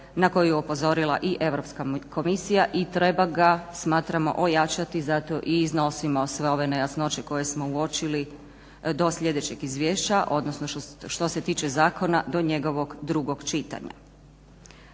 na koju je upozorila i Europska komisija i treba ga, smatramo ojačati, zato i iznosim sve ove nejasnoće koje smo uočili do sljedećeg izvješća, odnosno što se tiče zakona do njegovog drugog čitanja.